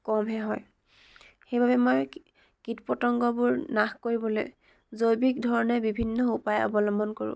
কমহে হয় সেইবাবে মই কী কীট পতংগবোৰ নাশ কৰিবলৈ জৈৱিক ধৰণে বিভিন্ন উপায় অৱলম্বন কৰোঁ